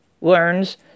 learns